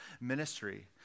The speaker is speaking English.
ministry